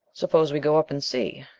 suppose we go up and see?